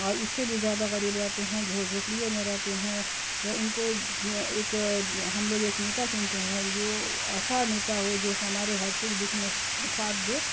اور اس سے بھی زیادہ غریب رہتے ہیں جو جھوپڑیوں میں رہتے ہیں ان کو ایک ہم لوگ ایک نیتا چنتے ہیں جو ایسا نیتا ہو جو ہمارے ہر سکھ دکھ میں ساتھ دے